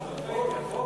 אה, הוא יבוא, הוא יבוא?